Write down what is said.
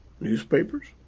Newspapers